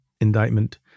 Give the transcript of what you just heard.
indictment